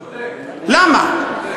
למה?